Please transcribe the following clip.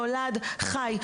נולד וחי.